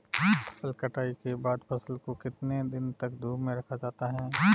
फसल कटाई के बाद फ़सल को कितने दिन तक धूप में रखा जाता है?